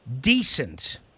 decent